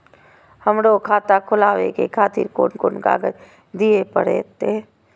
हमरो खाता खोलाबे के खातिर कोन कोन कागज दीये परतें?